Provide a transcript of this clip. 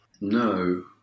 No